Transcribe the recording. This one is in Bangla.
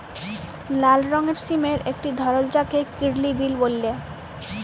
লাল রঙের সিমের একটি ধরল যাকে কিডলি বিল বল্যে